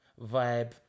vibe